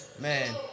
man